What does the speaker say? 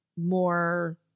more